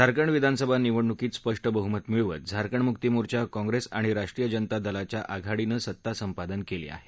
झारखंड विधानसभा निवडणुकीत स्पष्ट बहमत मिळवत झारखंड मुक्ती मोर्चा काँप्रेस आणि राष्ट्रीय जनता दला यांच्या आघाडीनं सत्ता संपादन केली आहे